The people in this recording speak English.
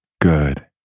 Good